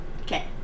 okay